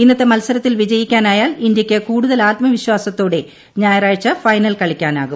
ഇന്നത്തെ മത്സരത്തിൽ വിജയിക്കാനായാൽ ഇന്ത്യയ്ക്ക് കൂടുതൽ ആത്മവിശ്വാസത്തോടെ ഞായറാഴ്ചത്തെ ഫൈനൽ കളിക്കാനാകും